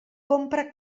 compra